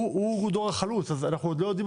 הוא הדור החלוץ אז אנחנו עוד לא יודעים